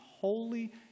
holy